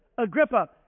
Agrippa